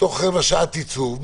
תוך רבע שעה תצאו.